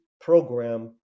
program